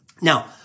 Now